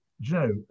Joe